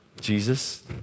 Jesus